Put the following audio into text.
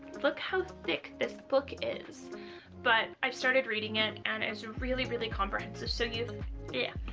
look how thick this book is but i've started reading it and as a really really comprehensive so you yeah,